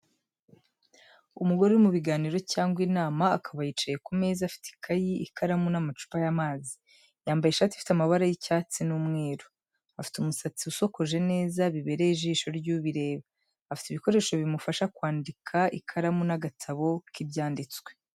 Umugore uri mu biganiro cyangwa inama, akaba yicaye ku meza afite akayi, ikaramu n'amacupa y’amazi. Yambaye ishati ifite amabara y’icyatsi n’umweru. Afite umusatsi usokoje neza bibereye ijisho ry'ubireba . Afite ibikoresho bimufasha kwandika ikaramu n’agatabo k’ibyanditswe.